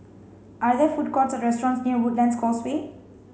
are there food courts or restaurants near Woodlands Causeway